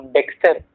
Dexter